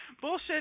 bullshit